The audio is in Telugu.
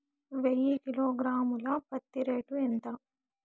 వెయ్యి కిలోగ్రాము ల పత్తి రేటు ఎంత?